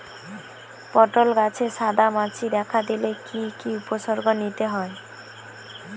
পটল গাছে সাদা মাছি দেখা দিলে কি কি উপসর্গ নিতে হয়?